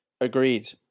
Agreed